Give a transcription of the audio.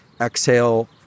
exhale